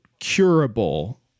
curable